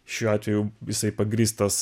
šiuo atveju jisai pagrįstas